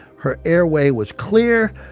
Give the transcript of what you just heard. her airway was clear.